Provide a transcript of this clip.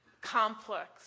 complex